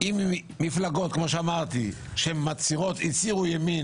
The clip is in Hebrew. עם מפלגות שהצהירו ימין,